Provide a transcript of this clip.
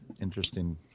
interesting